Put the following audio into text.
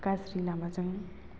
गाज्रि लामाजों